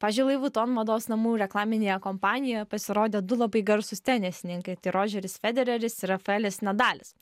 pavyzdžiui louis vuitton mados namų reklaminėje kompanijoje pasirodė du labai garsūs tenisininkai tai rodžeris federeris ir rafaelis nadalis